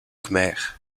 khmer